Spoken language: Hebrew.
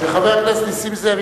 חבר הכנסת נסים זאב,